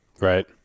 right